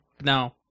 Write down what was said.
No